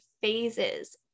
phases